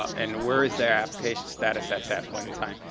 and where is their application status at that point in time.